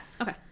Okay